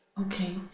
okay